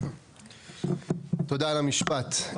תודה על המשפט.